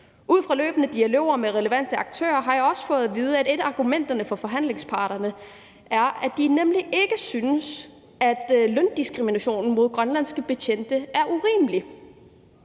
Ud fra løbende dialoger med relevante aktører har jeg også fået at vide, at et af argumenterne blandt forhandlingsparterne er, at man ikke synes, at løndiskriminationen mod grønlandske betjente er urimelig,